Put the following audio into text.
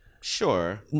Sure